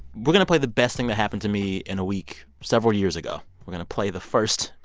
we're going to play the best thing that happened to me in a week several years ago. we're going to play the first.